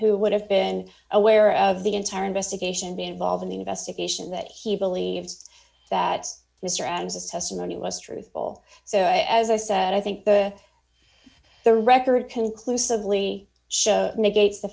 who would have been aware of the entire investigation be involved in the investigation that he believes that mr adams is testimony was truthful so as i said i think the the record conclusively show negates the